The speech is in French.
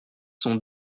sont